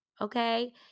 okay